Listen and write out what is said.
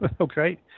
Okay